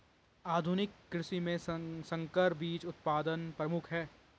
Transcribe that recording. आधुनिक कृषि में संकर बीज उत्पादन प्रमुख है